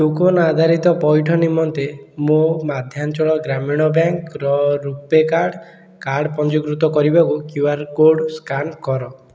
token ଆଧାରିତ ପଇଠ ନିମନ୍ତେ ମୋ ମଧ୍ୟାଞ୍ଚଳ ଗ୍ରାମୀଣ ବ୍ୟାଙ୍କ୍ର ରୁପେ କାର୍ଡ଼ କାର୍ଡ଼ ପଞ୍ଜୀକୃତ କରିବାକୁ କ୍ୟୁଆର୍ କୋଡ଼୍ ସ୍କାନ୍ କର